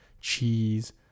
cheese